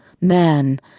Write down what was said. man